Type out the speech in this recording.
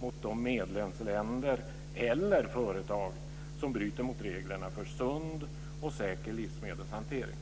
mot de medlemsländer eller företag som bryter mot reglerna för sund och säker livsmedelshantering.